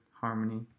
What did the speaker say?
harmony